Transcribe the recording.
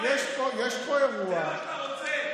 זה מה שאתה רוצה.